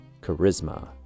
charisma